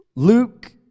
Luke